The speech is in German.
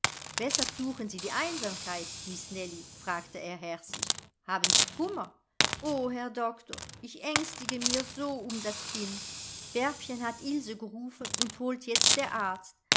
weshalb suchen sie die einsamkeit miß nellie fragte er herzlich haben sie kummer o herr doktor ich ängstige mir so um das kind bärbchen hat ilse gerufen und holt jetzt der arzt